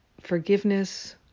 forgiveness